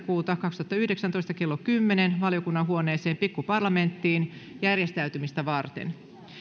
kaksituhattayhdeksäntoista kello kymmenen nolla nolla valiokunnan huoneeseen pikkuparlamenttiin järjestäytymistä varten